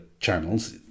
channels